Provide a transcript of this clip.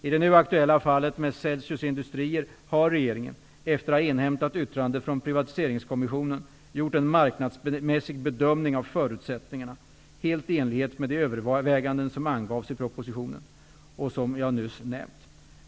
I det nu aktuella fallet med Celsius Industrier har regeringen, efter att ha inhämtat yttrande från Privatiseringskommissionen, gjort en marknadsmässig bedömning av förutsättningarna, helt i enlighet med de överväganden som angavs i propositionen, och som jag nyss nämnt.